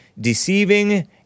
deceiving